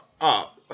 up